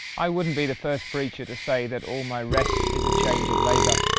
i wouldn't be the first preacher to say that all my rest is a change of labor.